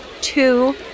two